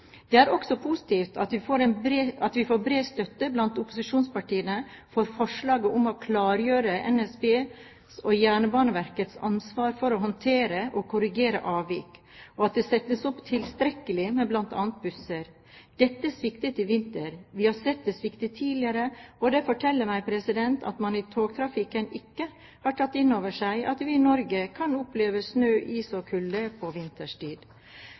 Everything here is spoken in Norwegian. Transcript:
Det er også positivt at vi får bred støtte blant opposisjonspartiene for forslaget om å klargjøre NSBs og Jernbaneverkets ansvar for å håndtere og korrigere avvik, og at det settes opp tilstrekkelig med bl.a. busser. Dette sviktet i vinter. Vi har sett det svikte tidligere, og det forteller meg at man i togtrafikken ikke har tatt inn over seg at vi i Norge kan oppleve snø, is og kulde på vinterstid.